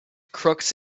crooks